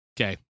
Okay